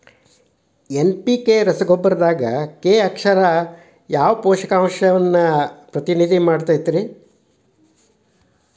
NPK ರಸಗೊಬ್ಬರದಾಗ K ಅಕ್ಷರವು ಯಾವ ಪೋಷಕಾಂಶವನ್ನ ಪ್ರತಿನಿಧಿಸುತೈತ್ರಿ?